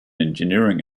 engineering